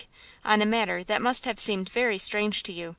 on a matter that must have seemed very strange to you.